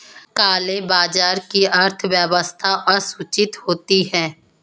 काले बाजार की अर्थव्यवस्था असूचित होती है